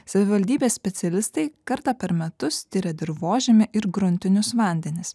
savivaldybės specialistai kartą per metus tiria dirvožemį ir gruntinius vandenis